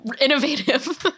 innovative